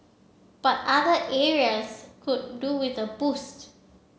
but other areas could do with a boost